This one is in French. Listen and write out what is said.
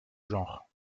genre